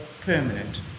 permanent